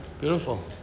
Beautiful